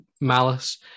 Malice